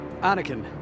Anakin